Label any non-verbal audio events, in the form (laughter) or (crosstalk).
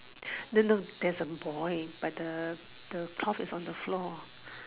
(breath) then don't there's a boy but the the cloth is on the floor